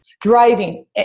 driving